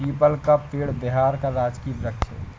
people का पेड़ बिहार का राजकीय वृक्ष है